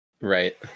Right